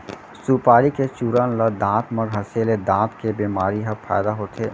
सुपारी के चूरन ल दांत म घँसे ले दांत के बेमारी म फायदा होथे